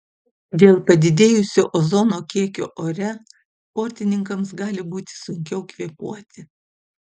dėl padidėjusio ozono kiekio ore sportininkams gali būti sunkiau kvėpuoti